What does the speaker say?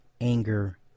anger